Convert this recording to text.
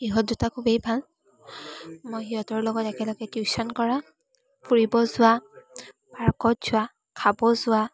ইহঁত দুটা খুবেই ভাল মই সিহঁতৰ লগত একেলগে টিউচন কৰা ফুৰিব যোৱা পাৰ্কত যোৱা খাব যোৱা